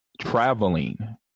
traveling